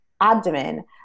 abdomen